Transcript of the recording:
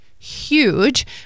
huge